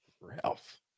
Ralph